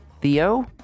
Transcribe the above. Theo